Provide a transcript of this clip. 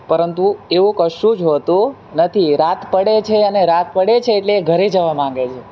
પરંતુ એવું કશું જ હોતું નથી રાત પડે છે અને રાત પડે છે એટલે એ ઘરે જવા માંગે છે